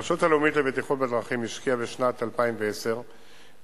הרשות הלאומית לבטיחות בדרכים השקיעה בשנת 2010 מיליון